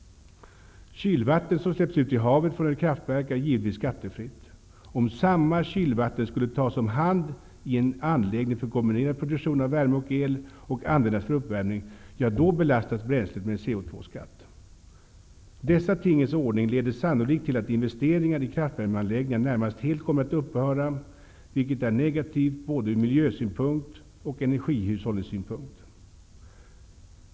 Kylvatten som släpps ut i havet från ett kraftverk är givetvis skattefritt. Om samma kylvatten skulle tas om hand i en anläggning för kombinerad produktion av värme och el och användas för uppvärmning, belastas bränslet med CO2-skatt. Dessa tingens ordning leder sannolikt till att investeringar i kraftvärmeanläggningar närmast helt kommer att upphöra, vilket är negativt ur både miljösynpunkt och energihushållningssynpunkt.